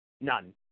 none